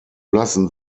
lassen